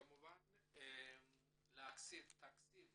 כמובן להקצות תקציב